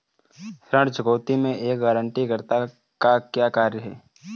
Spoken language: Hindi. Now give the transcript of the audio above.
ऋण चुकौती में एक गारंटीकर्ता का क्या कार्य है?